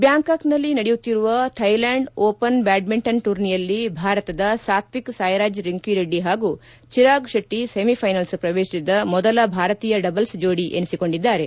ಬ್ಬಾಂಕಾಕ್ನಲ್ಲಿ ನಡೆಯುತ್ತಿರುವ Thailand Open badminton ಟೂರ್ನಿಯಲ್ಲಿ ಭಾರತದ ಸಾತ್ವೀಕ್ ಸಾಯಿರಾಜ್ ರೆಂಕಿರೆಡ್ಡಿ ಹಾಗೂ ಚಿರಾಗ್ ಶೆಟ್ಟ ಸೆಮಿಫೈನಲ್ ಶ್ರವೇಶಿಸಿದ ಮೊದಲ ಭಾರತೀಯ ಡಬಲ್ಲ್ ಜೋಡಿ ಎನಿಸಿಕೊಂಡಿದ್ದಾರೆ